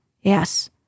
Yes